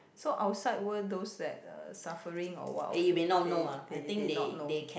so outside world those that uh suffering or what of they they they not know